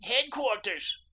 Headquarters